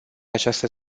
această